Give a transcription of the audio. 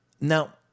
Now